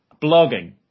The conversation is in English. blogging